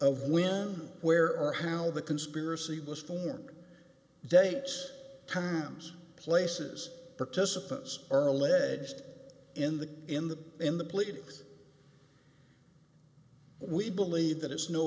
of when where or how the conspiracy was formed dates times places participants or alleged in the in the in the pleadings we believe that it's no